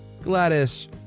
Gladys